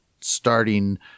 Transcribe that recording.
starting